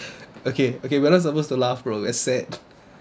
okay okay we are not supposed to laugh though that's it